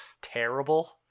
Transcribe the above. terrible